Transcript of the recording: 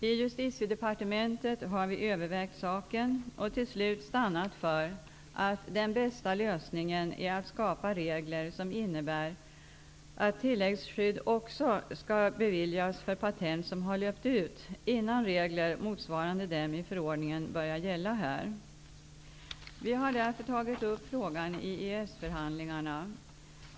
I Justitiedepartementet har vi övervägt saken och till slut stannat för att den bästa lösningen är att skapa regler som innebär att tilläggsskydd också skall beviljas för patent som har löpt ut innan regler motsvarande dem i förordningen börjar gälla här. Vi har därför tagit upp frågan i EES förhandlingarna.